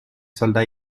soldats